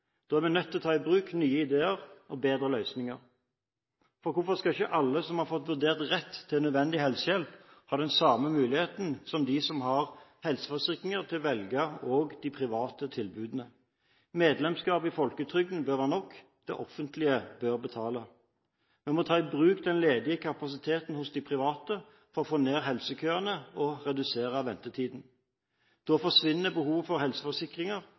Da er vi nødt til å ta i bruk nye idéer og bedre løsninger. For hvorfor skal ikke alle som er vurdert til å ha rett til nødvendig helsehjelp, ha den samme muligheten som dem som har helseforsikringer, til å velge også de private tilbudene? Medlemskap i folketrygden bør være nok – det offentlige bør betale. Vi må ta i bruk den ledige kapasiteten hos de private for å få ned helsekøene og redusere ventetiden. Da forsvinner behovet for helseforsikringer,